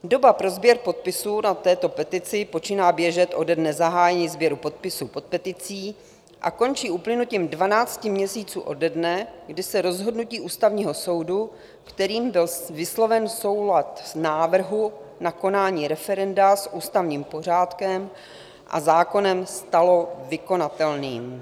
Doba pro sběr podpisů na této petici počíná běžet ode dne zahájení sběru podpisů pod peticí a končí uplynutím dvanácti měsíců ode dne, kdy se rozhodnutí Ústavního soudu, kterým byl vysloven soulad návrhu na konání referenda s ústavním pořádkem a zákonem, stalo vykonatelným.